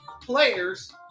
players